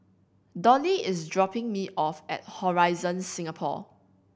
Dollie is dropping me off at Horizon Singapore